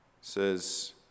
says